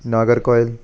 Nagercoil